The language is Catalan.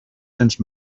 cents